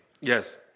Yes